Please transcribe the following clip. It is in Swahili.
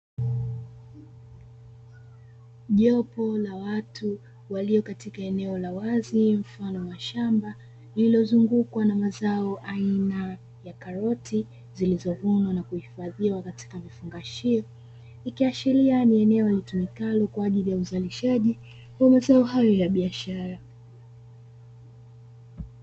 Jopo la watu walio katika eneo la wazi mfano wa shamba, lililozungukwa na mazao aina ya karoti zilizovunwa na kuhifadhiwa katika vifungashio, ikiashiria ni eneo litumikalo kwa ajili ya uzalishaji wa mazao hayo ya biashara.